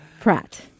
Pratt